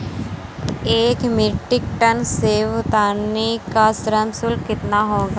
एक metric ton सेव उतारने का श्रम शुल्क कितना होगा?